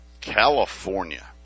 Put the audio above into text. California